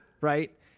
Right